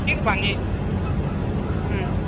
ठीक बानी ने हूँ